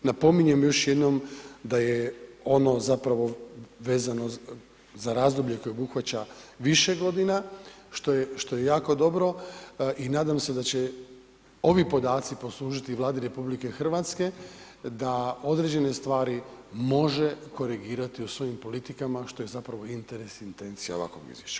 Napominjem još jednom da je ono zapravo vezano za razdoblje koje obuhvaća više godina, što je jako dobro i nadam se da će ovi podaci poslužiti Vladi RH da određene stvari može korigirati u svojim politikama što je zapravo interes i intencija ovakvog izvješća.